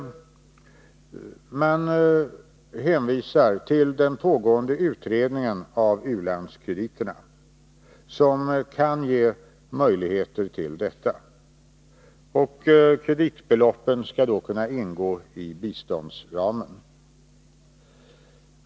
Man hänvisar till den pågående utredningen om u-landskrediterna som kan ge möjligheter till detta. Kreditbeloppen skall då kunna ingå i biståndsramen.